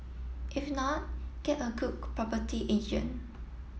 if not get a good property agent